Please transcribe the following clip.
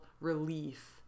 relief